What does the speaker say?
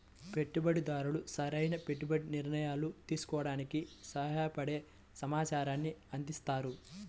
పెట్టుబడిదారు సరైన పెట్టుబడి నిర్ణయాలు తీసుకోవడానికి సహాయపడే సమాచారాన్ని అందిస్తారు